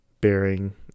bearing